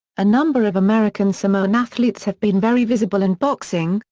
a number of american samoan athletes have been very visible in boxing,